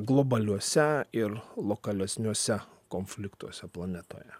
globaliuose ir lokalesniuose konfliktuose planetoje